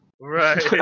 Right